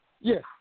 Yes